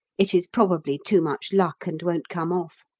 it is probably too much luck and won't come off.